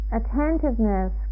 attentiveness